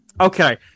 Okay